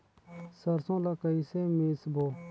सरसो ला कइसे मिसबो?